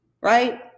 right